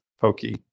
Pokey